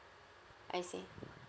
I see